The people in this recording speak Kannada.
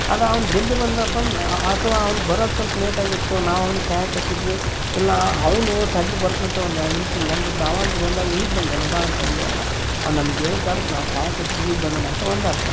ಅದು ಅವ್ನು ಜಲ್ದಿ ಬಂದನಪಾ ಅಂದ್ರೆ ಆ ಅಥ್ವ ಅವ್ನು ಬರೋದು ಸ್ವಲ್ಪ ಲೇಟಾಗಿತ್ತು ನಾವು ಅವ್ನಿಗೆ ಕಾಯೋಕತಿದ್ವಿ ಇಲ್ಲ ಅವನು ತಡೀರಿ ಬರ್ತ್ನಂತೋ ಒಂದು ಎರಡು ನಿಮಿಷ ಹಿಂಗಂದದ್ದು ಅವಾಗ ಬಂದಾಗ ಈಗ ಬಂದೇನೋ ಬಾ ಅಂತಂದಿವಲ್ಲ ಅವ್ನು ನಮ್ಗೆ ಹೇಳಿದ್ಧ ಅದಕ್ಕೆ ನಾವು ಕಾಯೋಕತಿದ್ವಿ ಈಗ ಬಂದಾನಂತ ಒಂದು ಅರ್ಥ